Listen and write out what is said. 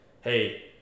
hey